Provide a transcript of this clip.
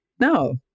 No